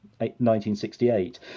1968